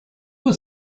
were